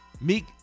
Meek